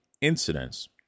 incidents